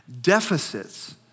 Deficits